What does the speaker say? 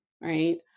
right